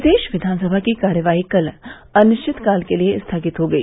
प्रदेश विधानसभा की कार्रवाई कल अनिश्चितकाल के लिए स्थगित हो गई